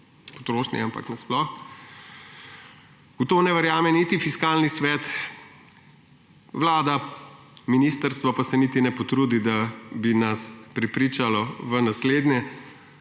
potrošnji, ampak nasploh. V to ne verjame niti Fiskalni svet. Vlada, ministrstvo pa se niti ne potrudi, da bi nas prepričalo v slednje